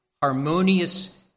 harmonious